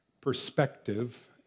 perspective